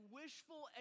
wishful